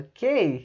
Okay